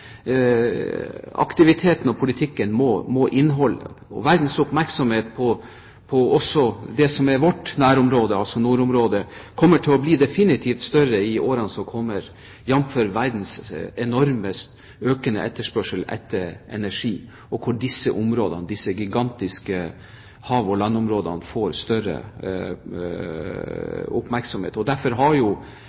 og -politikken må inneholde. Og verdens oppmerksomhet på det som er vårt nærområde, altså nordområdet, kommer definitivt til å bli større i årene som kommer, jf. verdens enorme, økende etterspørsel etter energi. Disse områdene – disse gigantiske hav- og landområdene – vil få større oppmerksomhet. Derfor har